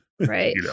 Right